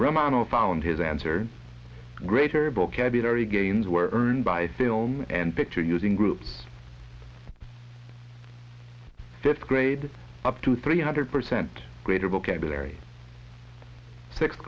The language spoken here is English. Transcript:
romano found his answer greater vocabulary gains were earned by film and picture using groups that grade up to three hundred percent greater vocabulary sixth